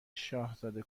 شاهزاده